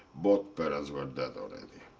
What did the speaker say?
both parents were dead already.